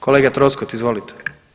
Kolega Troskot izvolite.